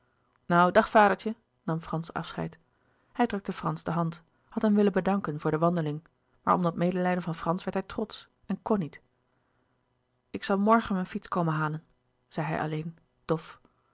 nou dag vadertje nam frans afscheid hij drukte frans de hand had hem willen bedanken voor de wandeling maar om dat medelijden van frans werd hij trotsch en kon niet louis couperus de boeken der kleine zielen ik zal morgen mijn fiets komen halen zei hij alleen dof